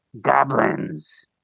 goblins